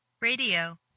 Radio